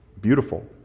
beautiful